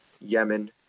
Yemen